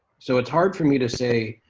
so it's hard for me to say,